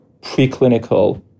preclinical